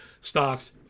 stocks